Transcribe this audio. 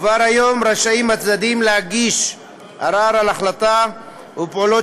כבר היום רשאים הצדדים להגיש ערר על החלטה ופעולות